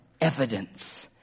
evidence